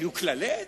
שיהיו כללי אתיקה.